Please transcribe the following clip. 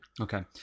Okay